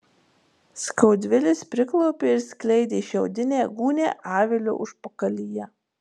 skaudvilis priklaupė ir skleidė šiaudinę gūnią avilio užpakalyje